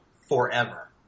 forever